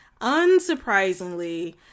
unsurprisingly